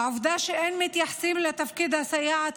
העובדה שאין מתייחסים לתפקיד הסייעת